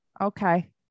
Okay